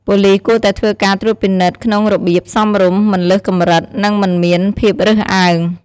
ប៉ូលិសគួរតែធ្វើការត្រួតពិនិត្យក្នុងរបៀប សមរម្យ មិនលើសកម្រិត និងមិនមានភាពរើសអើង។